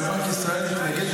גם בנק ישראל יגיד,